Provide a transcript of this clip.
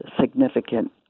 significant